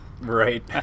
Right